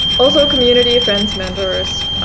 also community, friends, mentors,